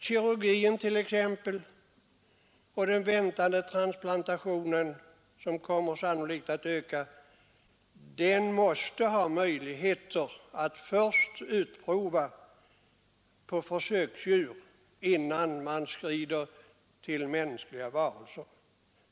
Kirurgin och transplantationen, som sannolikt kommer att öka, måste ha möjligheter att först utprova metoderna på försöksdjur innan man skrider till mänskliga varelser.